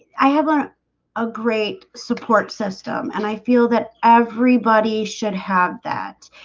i haven't a great support system and i feel that everybody should have that.